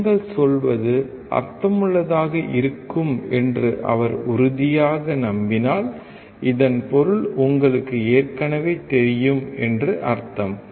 நீங்கள் சொல்வது அர்த்தமுள்ளதாக இருக்கும் என்று அவர் உறுதியாக நம்பினால் இதன் பொருள் உங்களுக்கு ஏற்கனவே தெரியும் என்று அர்த்தம்